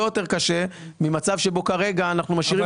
יותר קשה ממצב שבו כרגע אנחנו משאירים את המצב.